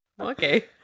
Okay